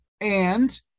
and-